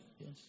Yes